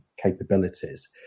capabilities